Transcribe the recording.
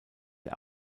der